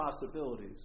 possibilities